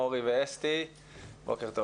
בוקר טוב